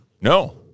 No